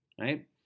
Right